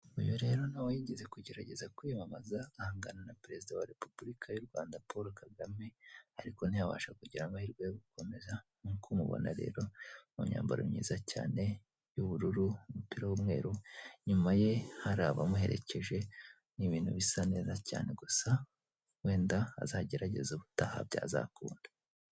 Uyu rero nawe yigeze kugerageza kwiyamamaza ahangana na perezida wa repubulika y'u Rwanda paul kagame ariko ntiyabasha kugira amahirwe yo gukomeza, nk'uko umubona rero mu myambaro myiza cyane y'ubururu, umupira w'umweru inyuma ye hari abamuherekeje ni ibintu bisa neza cyane gusa wenda azagerageza ubutaha byazakunda.